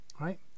right